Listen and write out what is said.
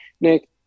nick